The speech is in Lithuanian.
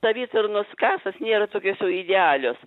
savitarnos kasos nėra tokios jau idealios